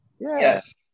Yes